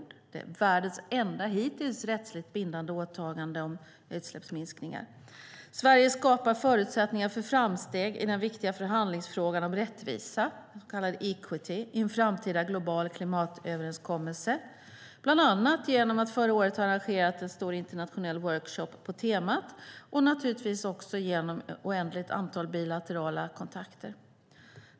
Det är världens enda, hittills, rättsligt bindande åtagande om utsläppsminskningar. Sverige skapar förutsättningar för framsteg i den viktiga förhandlingsfrågan om rättvisa, så kallad equity, i en framtida global klimatöverenskommelse, bland annat genom att förra året ha arrangerat en stor internationell workshop på temat och naturligtvis också genom ett oändligt antal bilaterala kontakter.